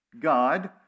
God